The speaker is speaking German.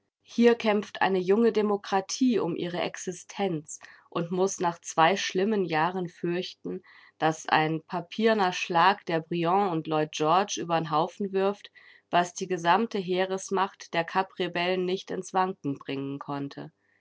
hier kämpft eine junge demokratie um ihre existenz und muß nach zwei schlimmen jahren fürchten daß ein papierner schlag der briand und lloyd george übern haufen wirft was die gesamte heeresmacht der kapp-rebellen nicht ins wanken bringen konnte